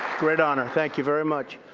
great honor. thank you very much.